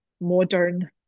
modern